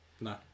No